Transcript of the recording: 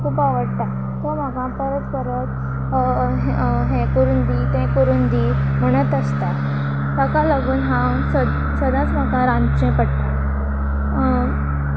खूब आवडटा तो म्हाका परत परत हें करून दी तें करून दी म्हणत आसता ताका लागून हांव सद सदांच म्हाका रांदचें पडटा